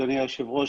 אדוני היושב ראש,